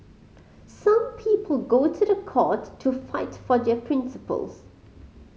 some people go to the court to fight for their principles